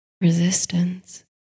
resistance